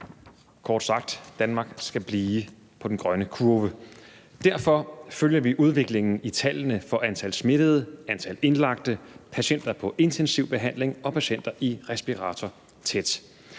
Kort sagt: Danmark skal blive på den grønne kurve. Derfor følger vi tæt udviklingen i tallene for antal smittede, antal indlagte patienter i intensiv behandling og patienter i respirator.